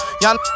Y'all